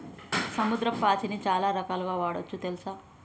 సముద్రపు పాచిని చాలా రకాలుగ వాడొచ్చు తెల్సా